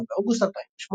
19 באוגוסט 2018